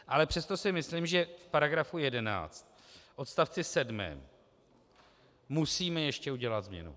Ale přesto si myslím, že v § 11 odst. 7 musíme ještě udělat změnu.